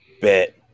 Bet